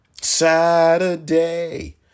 Saturday